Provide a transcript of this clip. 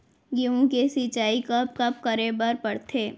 गेहूँ के सिंचाई कब कब करे बर पड़थे?